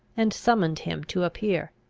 and summoned him to appear.